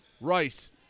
rice